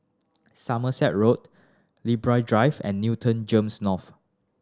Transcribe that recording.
Somerset Road Libra Drive and Newton GEMS North